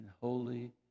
holy